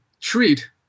treat